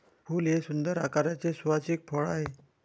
फूल हे सुंदर आकाराचे सुवासिक फळ आहे